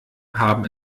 haben